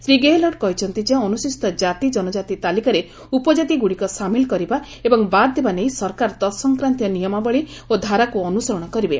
ଶ୍ରୀ ଗେହଲ୍ଟ କହିଛନ୍ତି ଯେ ଅନୁସ୍ଚିତ କାତି ଜନକାତି ତାଲିକାରେ ଉପକାତି ଗୁଡିକ ସାମିଲ କରିବା ଏବଂ ବାଦ୍ ଦେବା ନେଇ ସରକାର ତତ୍ ସଂକ୍ରାନ୍ତୀୟ ନିୟମାବଳୀ ଓ ଧାରାକୁ ଅନୁସରଣ କରିବେ